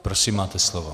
Prosím, máte slovo.